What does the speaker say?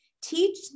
Teach